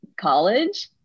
college